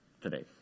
today